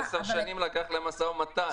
10 שנים ארך משא ומתן.